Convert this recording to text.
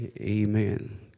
Amen